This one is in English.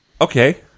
Okay